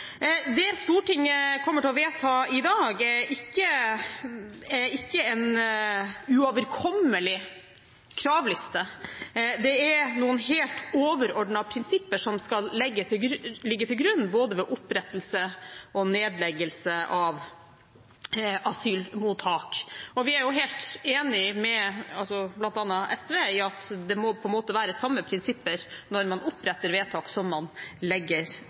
Det Stortinget kommer til å vedta i dag, er ikke en uoverkommelig kravliste, det er noen helt overordnede prinsipper som skal ligge til grunn ved både opprettelse og nedleggelse av asylmottak. Og vi er helt enige med bl.a. SV i at det må være de samme prinsipper når man oppretter mottak, som når man legger